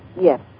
Yes